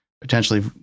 potentially